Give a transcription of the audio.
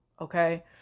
Okay